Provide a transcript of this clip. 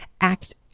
act